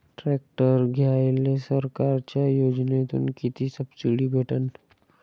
Tractor घ्यायले सरकारच्या योजनेतून किती सबसिडी भेटन?